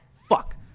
fuck